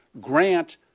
grant